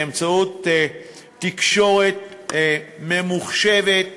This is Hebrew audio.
באמצעות תקשורת ממוחשבת.